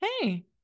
Hey